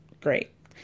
Great